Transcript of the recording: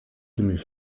ziemlich